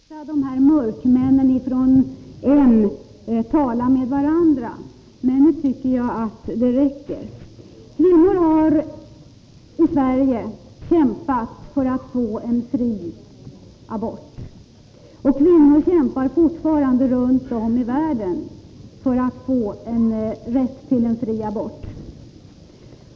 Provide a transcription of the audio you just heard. Herr talman! Egentligen hade jag inte tänkt ta till orda i den här debatten. Jag hade tänkt låta dessa mörkmän från tala med varandra, men nu tycker jag att det räcker. Kvinnor i Sverige har kämpat för att få fri abort. Kvinnor kämpar fortfarande runt om i världen för att få rätt till en fri abort.